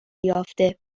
یافته